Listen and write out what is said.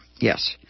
Yes